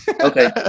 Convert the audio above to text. Okay